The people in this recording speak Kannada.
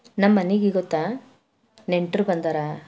ನಮ್ಮನೆಗೆ ಗೊತ್ತಾ ನೆಂಟ್ರು ಬಂದಾರ